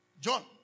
John